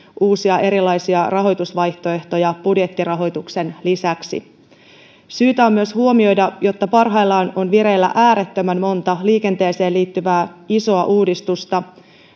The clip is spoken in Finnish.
uusia erilaisia rahoitusvaihtoehtoja budjettirahoituksen lisäksi syytä on myös huomioida että parhaillaan on vireillä äärettömän monta liikenteeseen liittyvää isoa uudistusta